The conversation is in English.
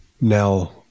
Now